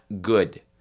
good